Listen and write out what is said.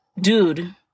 dude